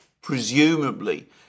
presumably